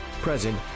present